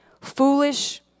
foolish